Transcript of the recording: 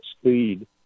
speed